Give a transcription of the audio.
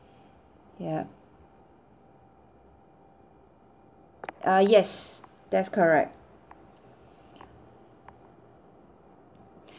yup ah yes that's correct